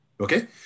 Okay